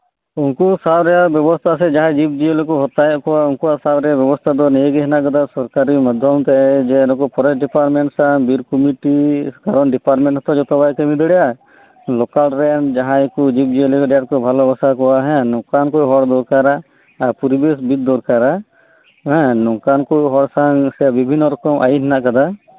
ᱩᱱᱠᱩ ᱥᱟᱵᱨᱮᱭᱟᱜ ᱵᱮᱵᱚᱥᱛᱟ ᱥᱮ ᱡᱟᱦᱟᱸᱭ ᱡᱤᱵᱡᱤᱭᱟᱹᱞᱤᱠᱩ ᱦᱚᱛᱟᱭᱮᱫ ᱠᱚᱣᱟ ᱩᱱᱠᱩᱣᱟᱜ ᱥᱟᱵᱨᱮᱭᱟᱜ ᱵᱮᱵᱚᱥᱛᱟ ᱫᱚ ᱱᱤᱭᱟᱹᱜᱤ ᱦᱮᱱᱟᱜ ᱟᱠᱟᱫᱟ ᱥᱚᱨᱠᱟᱨᱤ ᱢᱟᱫᱷᱚᱢ ᱛᱮ ᱥᱮ ᱡᱮ ᱱᱩᱠᱩ ᱯᱷᱚᱨᱮᱥᱴ ᱰᱤᱯᱟᱨᱴᱢᱮᱱᱴ ᱥᱟᱶ ᱵᱤᱨᱠᱚᱢᱤᱴᱤ ᱠᱟᱨᱚᱱ ᱰᱤᱯᱟᱨᱴᱢᱮᱱᱴ ᱦᱚᱛᱚ ᱡᱚᱛᱚ ᱵᱟᱭ ᱠᱟᱹᱢᱤᱫᱟᱲᱤᱭᱟᱜ ᱟ ᱞᱚᱠᱟᱞᱨᱮᱱ ᱡᱟᱦᱟᱸᱭ ᱠᱩ ᱡᱤᱵᱡᱤᱭᱟᱹᱞᱤ ᱠᱟᱹᱴᱤᱡᱠᱩ ᱵᱷᱟᱞᱚᱵᱟᱥᱟ ᱠᱚᱣᱟ ᱦᱮᱸ ᱱᱚᱠᱟᱱᱠᱩ ᱦᱚᱲ ᱫᱚᱨᱠᱟᱨᱟ ᱟᱨ ᱯᱚᱨᱤᱵᱮᱥ ᱵᱤᱫ ᱫᱚᱨᱠᱟᱨᱟ ᱦᱮᱸ ᱱᱚᱝᱠᱟᱱ ᱠᱩ ᱦᱚᱲ ᱥᱟᱶ ᱥᱮ ᱵᱤᱵᱷᱤᱱᱱᱚ ᱨᱚᱠᱚᱢ ᱟᱭᱤᱱ ᱦᱮᱱᱟᱜ ᱟᱠᱟᱫᱟ